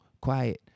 quiet